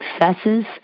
successes